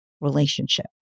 relationship